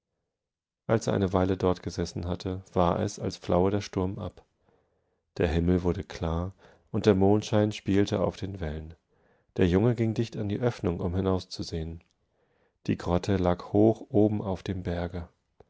als er eine weile dort gesessen hatte war es als flaue der sturm ab der himmel wurde klar und der mondschein spielte auf den wellen der junge ging dicht an die öffnung um hinauszusehen die grotte lag hoch oben auf demberge